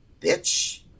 Bitch